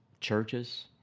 churches